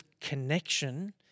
connection